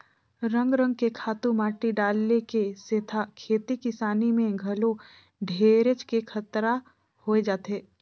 रंग रंग के खातू माटी डाले के सेथा खेती किसानी में घलो ढेरेच के खतरा होय जाथे